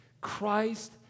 Christ